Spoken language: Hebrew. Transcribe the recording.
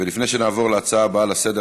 לפני שנעבור להצעה הבאה לסדר-היום: